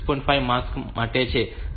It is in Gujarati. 5 માટે માસ્ક છે 7